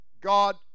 God